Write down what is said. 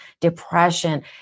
depression